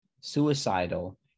suicidal